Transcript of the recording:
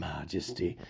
Majesty